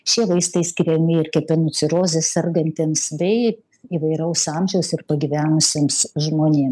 šie vaistai skiriami ir kepenų ciroze sergantiems bei įvairaus amžiaus ir pagyvenusiems žmonėm